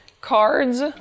cards